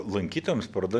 lankytojams paroda